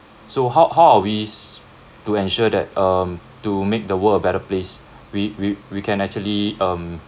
so how how are we to ensure that um to make the world a better place we we we can actually um